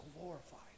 glorified